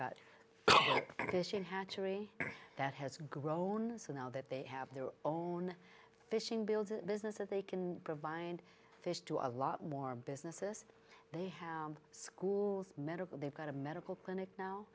hatchery that has grown so now that they have their own fishing build a business that they can provide and fish to a lot more businesses they have school medical they've got a medical clinic now